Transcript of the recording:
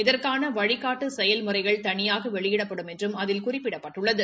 இதற்கான வழிகாட்டு செயல் முறைகள் தனியாக வெளியிடப்படும் என்றும் அதில் குறிப்பிடப்பட்டுள்ளது